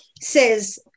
says